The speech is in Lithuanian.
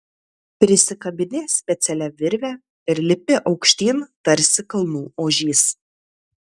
prisikabini specialia virve ir lipi aukštyn tarsi kalnų ožys